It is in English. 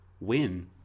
win